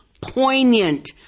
poignant